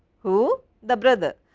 who? the brother,